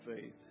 faith